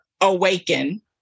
awaken